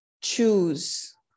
choose